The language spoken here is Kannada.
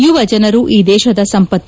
ಯುವ ಜನರು ಈ ದೇಶದ ಸಂಪತ್ತು